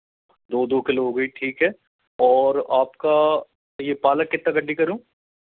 दो दो किलो हो गई ठीक है और आपका ये पालक कितना गड्डी करूँ